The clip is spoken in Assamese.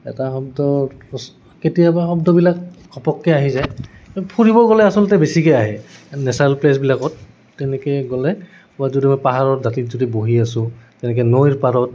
এটা শব্দ কেতিয়াবা শব্দবিলাক ঘপককে আহি যায় ফুৰিব গ'লে আচলতে বেছিকে আহে নেচাৰেল প্লেছবিলাকত তেনেকে গ'লে বা যদি মই পাহাৰৰ দাঁতিত যদি বহি আছোঁ তেনেকে নৈৰ পাৰত